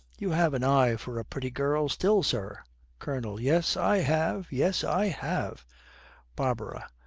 you have an eye for a pretty girl still, sir colonel. yes, i have yes, i have barbara.